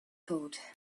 code